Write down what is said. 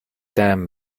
damn